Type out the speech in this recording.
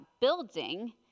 building